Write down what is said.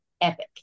epic